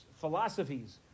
philosophies